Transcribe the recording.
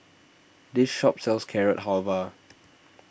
this shop sells Carrot Halwa